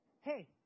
Hey